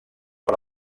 per